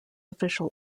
official